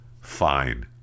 Fine